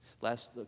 Last